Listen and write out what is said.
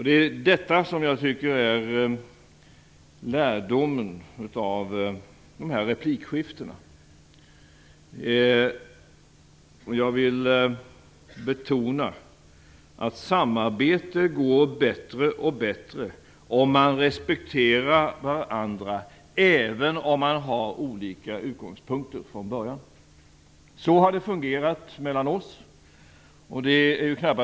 Det är detta som är lärdomen av dessa replikskiften. Jag vill betona att samarbete går bättre och bättre om man respekterar varandra även om man har olika utgångspunkter från början. Så har det fungerat mellan oss.